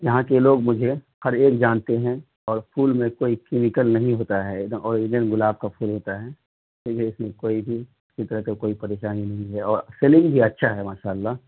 یہاں کے لوگ مجھے ہر ایک جانتے ہیں اور پھول میں کوئی کیمیکل نہیں ہوتا ہے ایک دم اوریجنل گلاب کا پھول ہوتا ہے تو یہ ہے کہ کوئی بھی فکر کا کوئی پریشانی نہیں ہے اور سیلنگ بھی اچھا ہے ماشاء اللہ